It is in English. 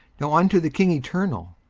now unto the king eternal,